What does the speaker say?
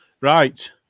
Right